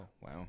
wow